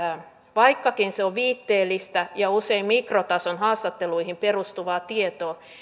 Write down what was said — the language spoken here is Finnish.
vaikkakin se on viitteellistä ja usein mikrotason haastatteluihin perustuvaa tietoa